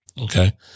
Okay